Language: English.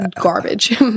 garbage